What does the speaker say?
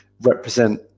represent